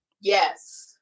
yes